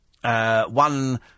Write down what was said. One